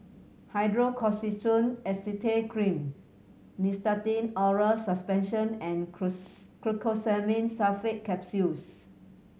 Hydrocortisone Acetate Cream Nystatin Oral Suspension and Glucosamine Sulfate Capsules